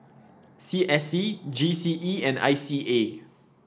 C S C G C E and I C A